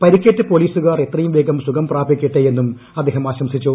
പരിക്കേറ്റ പൊലീസുകാർ എത്രയും വേഗം സുഖം പ്രാപിക്കട്ടെയെന്നും അദ്ദേഹം ആശംസിച്ചു